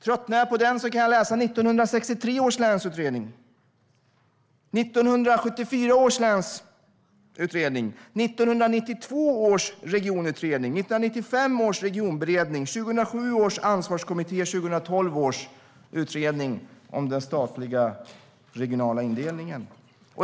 Tröttnar jag på den kan jag läsa 1963 års länsutredning, 1974 års länsutredning, 1992 års regionutredning, 1995 års regionberedning, 2007 års ansvarskommitté eller 2012 års utredning om den statliga regionala indelningen.